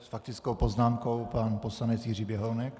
S faktickou poznámkou pan poslanec Jiří Běhounek.